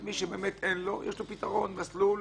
למי שבאמת אין לו, יש לו פתרון, מסלול